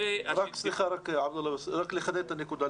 רק לחדד את הנקודה.